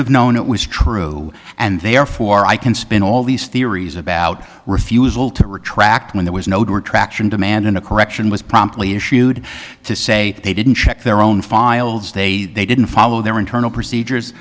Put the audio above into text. have known it was true and therefore i can spin all these theories about refusal to retract when there was no traction demand and a correction was promptly issued to say they didn't check their own finals they they didn't follow their internal procedures